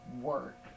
work